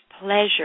pleasure